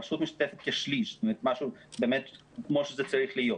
הרשות משתתפת כשליש, משהו כמו שצריך להיות.